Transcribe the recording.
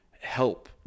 help